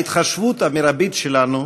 ההתחשבות המרבית שלנו,